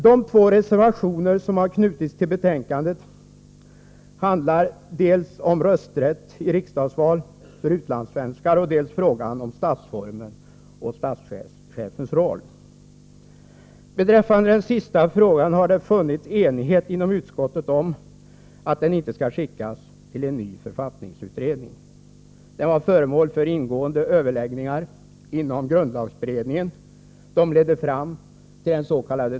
De två reservationer som knutits till betänkandet handlar dels om rösträtt i riksdagsval för utlandssvenskar, dels om statsformen och statschefens roll. Beträffande den sista frågan har det funnits enighet inom utskottet om att den inte skulle skickas till en ny författningsutredning. Den var föremål för ingående överläggningar inom grundlagberedningen. Dessa ledde fram till dens.k.